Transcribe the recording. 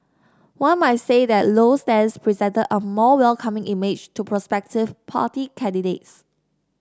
one might say that Low's stance presented a more welcoming image to prospective party candidates